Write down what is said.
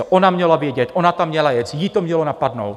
Ona měla vědět, ona tam měla jet, ji to mělo napadnout.